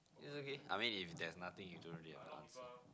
it's okay I mean if there's nothing you don't really have to answer